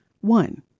One